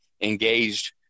engaged